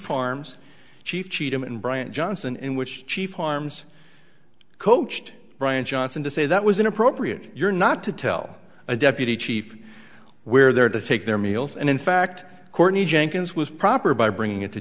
arms chief cheatham and brian johnson in which chief arms coached brian johnson to say that was inappropriate you're not to tell a deputy chief where they're to take their meals and in fact courtney jenkins was proper by bringing it to